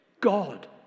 God